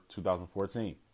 2014